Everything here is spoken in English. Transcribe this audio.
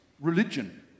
religion